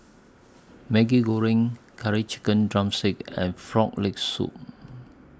Maggi Goreng Curry Chicken Drumstick and Frog Leg Soup